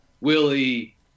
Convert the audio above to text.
Willie